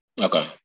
Okay